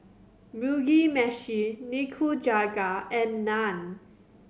Mugi Meshi Nikujaga and Naan